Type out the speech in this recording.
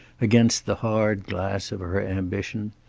against the hard glass of her ambition.